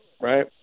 right